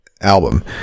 album